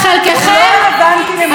חלקכם יושבים פה.